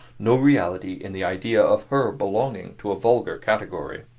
no reality in the idea of her belonging to a vulgar category.